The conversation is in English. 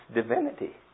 divinity